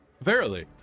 verily